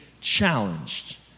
challenged